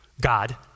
God